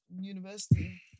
university